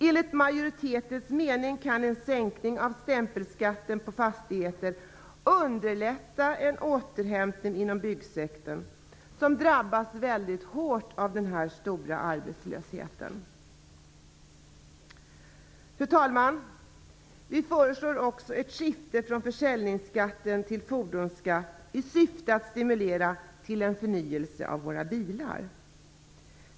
Enligt majoritetens mening kan en sänkning av stämpelskatten på fastigheter underlätta en återhämtning inom byggsektorn, som drabbats hårt av den stora arbetslösheten. Fru talman! Vi föreslår också ett skifte från försäljningsskatt till fordonsskatt i syfte att stimulera till en förnyelse av våra bilar.